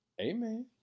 amen